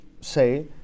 say